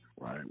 right